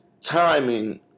timing